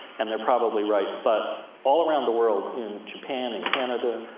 and they're probably right. but, all around the world, in japan, in canada,